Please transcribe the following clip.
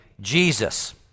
Jesus